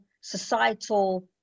societal